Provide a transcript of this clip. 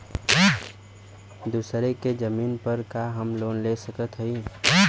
दूसरे के जमीन पर का हम लोन ले सकत हई?